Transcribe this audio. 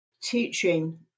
teaching